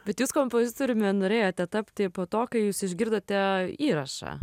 bet jūs kompozitoriumi norėjote tapti po to kai jūs išgirdote įrašą